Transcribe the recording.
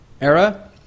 era